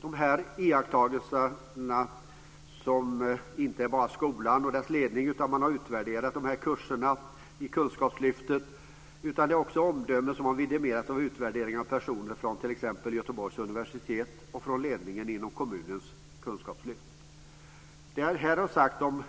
Detta är iakttagelser som inte bara skolan och dess ledning har gjort då man har utvärderat sina kurser i Kunskapslyftet, utan det är omdömen som har vidimerats vid utvärderingar av personer från t.ex. Göteborgs universitet och från ledningen inom kommunens kunskapslyft. Det som jag här har sagt om